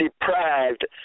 deprived